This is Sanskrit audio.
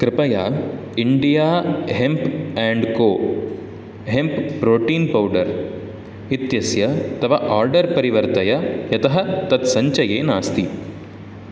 कृपया India hemp and co hemp protein powder इत्यस्य तव आर्डर् परिवर्तय यतः तत् सञ्चये नास्ति